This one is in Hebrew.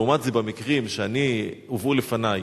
לעומת זה, במקרים שהובאו לפני,